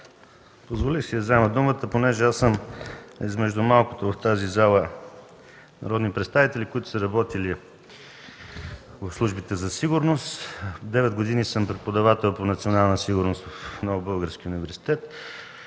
Позволих си да взема думата, понеже аз съм измежду малкото народни представители в тази зала, които са работили в службите за сигурност. Девет години съм преподавател по национална сигурност в Нов български университет